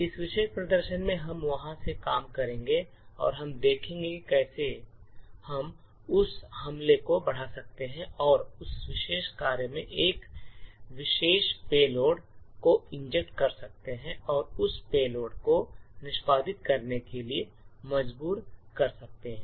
इस विशेष प्रदर्शन में हम वहां से काम करेंगे और हम देखेंगे कि कैसे हम उस हमले को बढ़ा सकते हैं और उस कार्यक्रम में एक विशेष पेलोड को इंजेक्ट कर सकते हैं और उस पेलोड को निष्पादित करने के लिए मजबूर कर सकते हैं